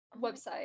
website